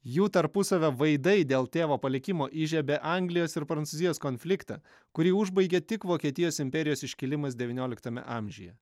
jų tarpusavio vaidai dėl tėvo palikimo įžiebė anglijos ir prancūzijos konfliktą kurį užbaigė tik vokietijos imperijos iškilimas devynioliktame amžiuje